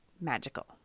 magical